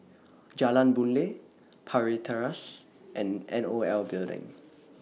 Jalan Boon Lay Parry Terrace and N O L Building